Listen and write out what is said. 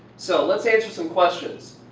so, lets answer some questions.